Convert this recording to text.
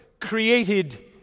created